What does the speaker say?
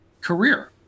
career